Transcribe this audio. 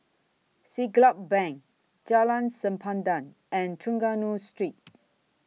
Siglap Bank Jalan Sempadan and Trengganu Street